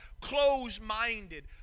close-minded